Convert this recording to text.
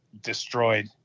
destroyed